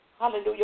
hallelujah